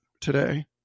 today